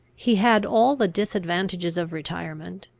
he had all the disadvantages of retirement,